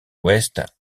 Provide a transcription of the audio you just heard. ouest